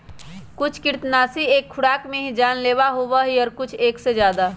कुछ कृन्तकनाशी एक खुराक में ही जानलेवा होबा हई और कुछ एक से ज्यादा